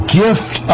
gift